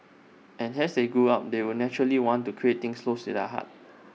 and as they grew up they would naturally want to create things close to their heart